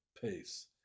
peace